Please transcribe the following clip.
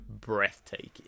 breathtaking